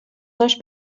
داشت